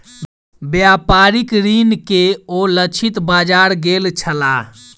व्यापारिक ऋण के ओ लक्षित बाजार गेल छलाह